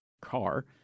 car